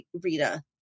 Rita